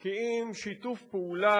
כי אם שיתוף פעולה